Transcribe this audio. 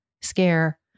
scare